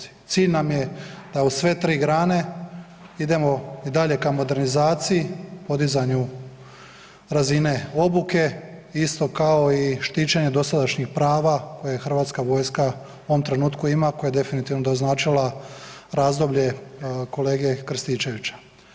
Cilj nam je da u sve 3 grane idemo i dalje ka modernizaciji, podizanju razine obuke, isto kao i štićenje dosadašnjih prava koje HV u ovom trenutku ima, koje je definitivno doznačila razdoblje kolege Krstičevića.